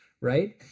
right